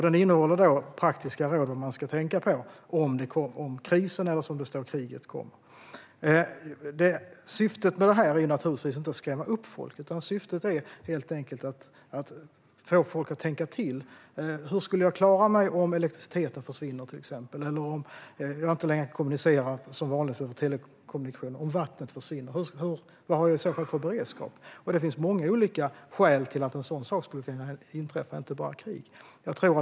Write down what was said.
Den innehåller praktiska råd om vad man ska tänka på om krisen eller kriget kommer. Syftet med detta är naturligtvis inte att skrämma upp folk, utan syftet är att få folk att tänka till. Hur klarar jag mig om elektriciteten försvinner, om jag inte längre kan kommunicera som vanligt med hjälp av telekommunikationer eller om vattnet försvinner? Vad har jag för beredskap? Det finns många olika skäl till att en sådan sak kan inträffa, inte bara krig.